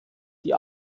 die